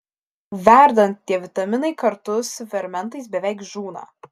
verdant tie vitaminai kartu su fermentais beveik žūna